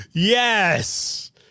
Yes